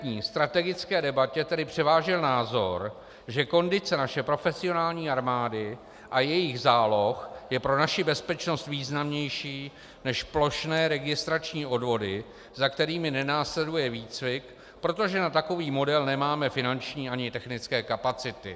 V konkrétní strategické debatě tedy převážil názor, že kondice naší profesionální armády a jejích záloh je pro naši bezpečnost významnější než plošné registrační odvody, za kterými nenásleduje výcvik, protože na takový model nemáme finanční ani technické kapacity.